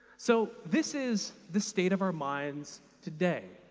so, this is the state of our minds today.